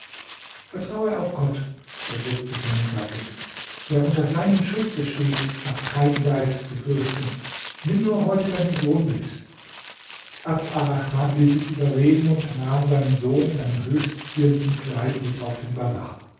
vertraue auf gott versetzte seine gattin wer unter seinem schutze steht hat kein leid zu fürchten nimm nur heute deinen sohn mit abd arrahman ließ sich überreden und nahm seinen sohn in einem höchst zierlichen kleid mit auf den bazar